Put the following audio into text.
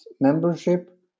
membership